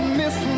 miss